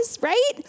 right